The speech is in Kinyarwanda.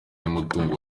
y’umutungo